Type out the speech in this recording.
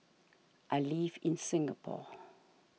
I live in Singapore